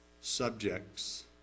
subjects